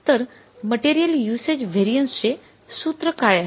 तर material usage variance चे सूत्र काय आहे